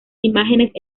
imágenes